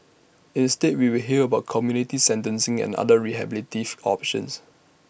instead we will hear about community sentencing and other rehabilitative options